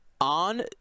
on